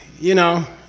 you know,